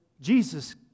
Jesus